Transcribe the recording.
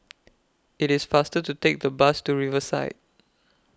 IT IS faster to Take The Bus to Riverside